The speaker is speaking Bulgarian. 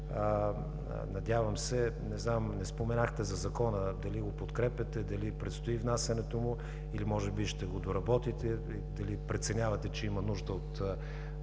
институции. Не споменахте за Закона – дали го подкрепяте, дали предстои внасянето му или може би ще го доработите, дали преценявате, че има нужда от